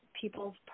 people's